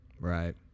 Right